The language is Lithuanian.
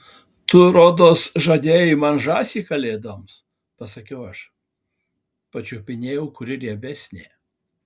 tu rodos žadėjai man žąsį kalėdoms pasakiau aš pačiupinėjau kuri riebesnė